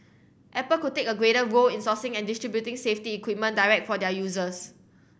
apple could take a greater role in sourcing and distributing safety equipment direct for their users